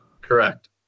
Correct